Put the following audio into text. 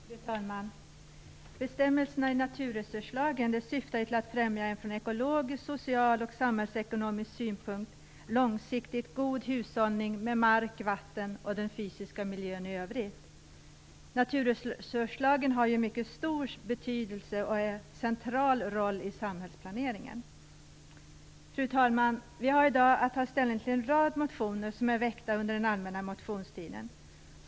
Fru talman! Bestämmelserna i naturresurslagen syftar till att främja en från ekologisk, social och samhällsekonomisk synpunkt långsiktigt god hushållning med mark, vatten och den fysiska miljön i övrigt. Naturresurslagen har en mycket stor betydelse och en central roll i samhällsplaneringen. Fru talman! Vi har i dag att ta ställning till en rad motioner som är väckta under den allmänna motionstiden.